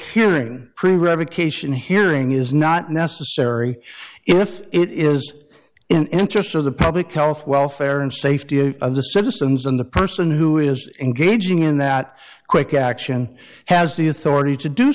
hearing pretty revocation hearing is not necessary if it is in interest of the public health welfare and safety of the citizens and the person who is engaging in that quick action has the authority to do